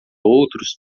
outros